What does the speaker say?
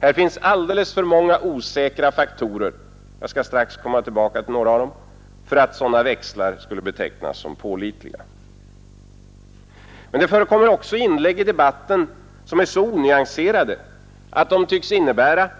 Här finns alldeles för många osäkra faktorer — jag skall strax komma tillbaka till några av dem — för att sådana växlar skulle betecknas som pålitliga. Men det förekommer också inlägg i debatten som är så onyanserade, att de tycks innebära